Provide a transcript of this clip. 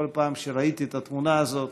שבכל פעם שראיתי את התמונה הזאת